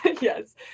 Yes